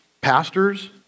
pastors